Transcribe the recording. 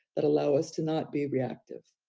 that allow us to not be reactive,